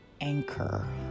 anchor